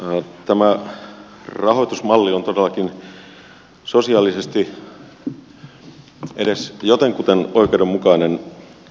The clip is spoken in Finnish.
tämä rahoitusmalli on todellakin sosiaalisesti edes jotenkuten oikeudenmukainen